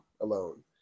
alone